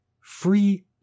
free